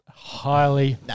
highly